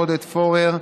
עודד פורר,